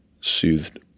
soothed